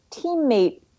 teammate